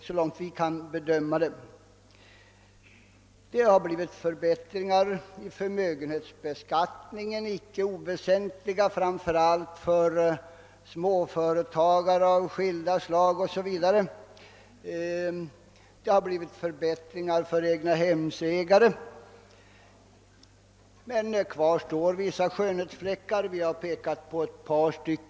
Det har blivit icke oväsentliga förbättringar beträffande förmögenhetsbeskattningen, framför allt för småföretagare av skilda slag, och det har blivit förbättringar för egnahemsägare. Kvar står dock vissa skönhetsfläckar. Vi har pekat på ett par sådana.